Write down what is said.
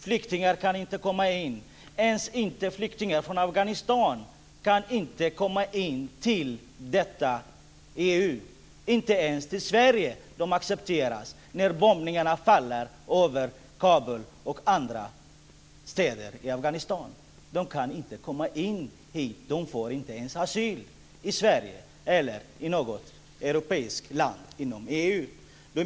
Flyktingar kan inte komma in, inte ens flyktingar från Afghanistan. De kan inte komma in till detta EU. De accepteras inte ens av Sverige när bomberna faller över Kabul och andra städer i Afghanistan. De kan inte komma hit. De får inte ens asyl i Sverige eller i något europeiskt land inom EU.